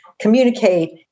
communicate